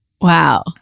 Wow